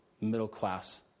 middle-class